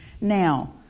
Now